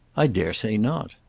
i dare say not.